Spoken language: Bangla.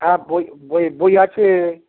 হ্যাঁ বই বই বই আছে